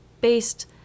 based